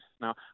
Now